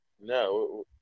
No